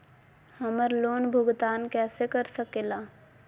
हम्मर लोन भुगतान कैसे कर सके ला?